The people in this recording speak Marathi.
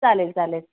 चालेल चालेल